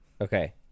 Okay